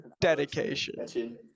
dedication